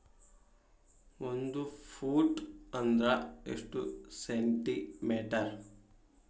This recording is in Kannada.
ಒಂದು ಫೂಟ್ ಅಂದ್ರ ಎಷ್ಟು ಸೆಂಟಿ ಮೇಟರ್?